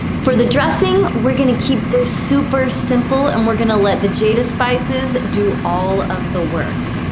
for the dressing, we're going to keep this super simple, and we're going to let the jada spices do all of the work.